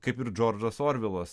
kaip ir džordžas orvelas